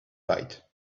light